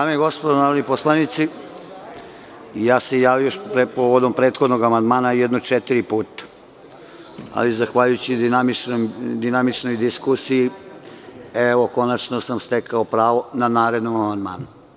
Dame i gospodo narodni poslanici, ja sam se javio povod prethodnom amandmana jedno četiri puta, ali zahvaljujući dinamičnoj diskusiji, evo konačno sam stekao pravo na narednom amandmanu.